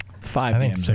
Five